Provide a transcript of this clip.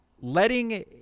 letting